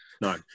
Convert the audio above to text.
no